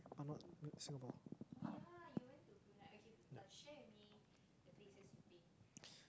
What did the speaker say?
but not Singapore